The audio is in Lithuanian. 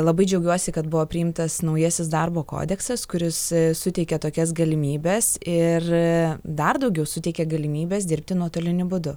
labai džiaugiuosi kad buvo priimtas naujasis darbo kodeksas kuris suteikė tokias galimybes ir dar daugiau suteikia galimybes dirbti nuotoliniu būdu